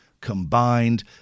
combined